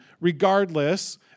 regardless